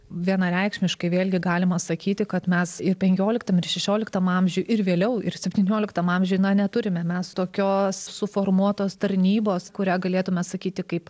vienareikšmiškai vėlgi galima sakyti kad mes ir penkioliktam ir šešioliktam amžiuj ir vėliau ir septynioliktam amžiuj na neturime mes tokios suformuotos tarnybos kurią galėtume sakyti kaip